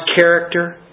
character